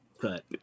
cut